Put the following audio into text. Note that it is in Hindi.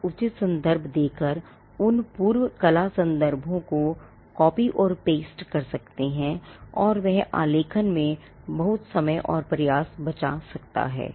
आप उचित संदर्भ देकर उन पूर्व कला संदर्भों को कॉपी और पेस्ट कर सकते हैं और वह आलेखन में बहुत समय और प्रयास बचा सकता है